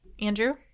Andrew